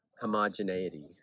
homogeneity